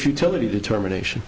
futility determination